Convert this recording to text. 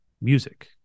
music